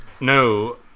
No